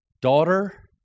Daughter